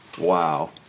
Wow